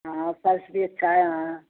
ہاں فرش بھی اچھا ہے ہاں